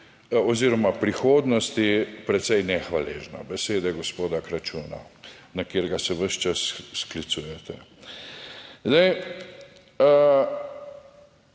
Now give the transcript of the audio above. oziroma prihodnosti precej nehvaležno, besede gospoda Kračuna, na katerega se ves čas sklicujete.